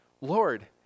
Lord